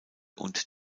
und